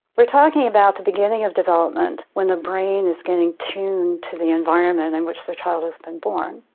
we're talking about the beginning of development when the brain is getting tuned to the environment in which the child has been born.